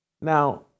Now